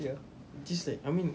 ya just like I mean